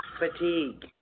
fatigue